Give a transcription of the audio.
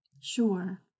Sure